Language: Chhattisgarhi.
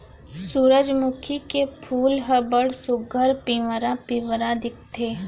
सुरूजमुखी के फूल ह बड़ सुग्घर पिंवरा पिंवरा दिखथे